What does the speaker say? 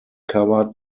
covered